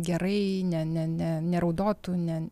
gerai ne ne ne neraudotų ne